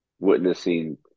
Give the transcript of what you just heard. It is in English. witnessing